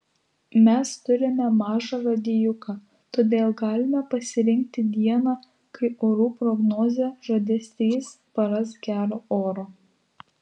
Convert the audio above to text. mes turime mažą radijuką todėl galime pasirinkti dieną kai orų prognozė žadės tris paras gero oro